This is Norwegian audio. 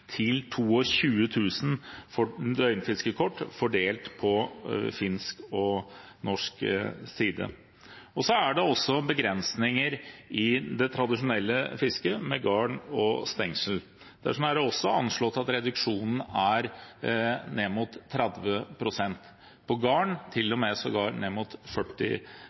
døgnfiskekort, fordelt på finsk og norsk side. Det er også begrensninger i det tradisjonelle fisket med garn og stengsel. Derfor er det også anslått at reduksjonen er ned mot 30 pst., for garn sågar ned mot 40